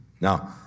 Now